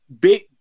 big